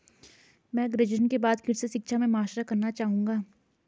मैं ग्रेजुएशन के बाद कृषि शिक्षा में मास्टर्स करना चाहूंगा